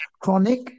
chronic